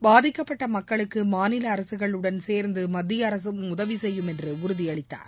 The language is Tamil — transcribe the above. பாதிக்கப்பட்ட மக்களுக்கு மாநில அரசுகளுடன் சேர்ந்து மத்திய அரசும் உதவி செய்யும் என்று உறுதியளித்தார்